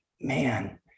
man